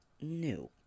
new